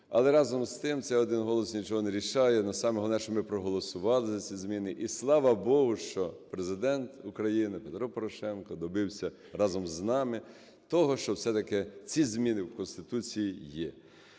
Але, разом з тим, цей один голос нічого не рішає, саме головне, що ми проголосували за ці зміни. І слава Богу, що Президент України Петро Порошенко добився разом з нами того, що все-таки ці зміни в Конституції є.